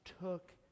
took